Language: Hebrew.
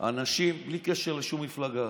אנשים בלי קשר לשום מפלגה,